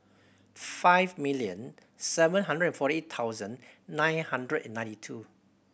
five million seven hundred and forty eight thousand nine hundred and ninety two